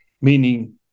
meaning